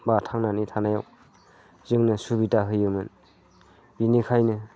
बा थांनानै थानायाव जोंनो सुबिदा होयोमोन बेनिखायनो